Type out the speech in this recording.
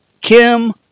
Kim